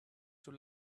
too